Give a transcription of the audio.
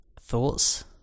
Thoughts